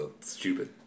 stupid